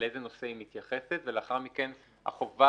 לאיזה נושא היא מתייחסת ולאחר מכן החובה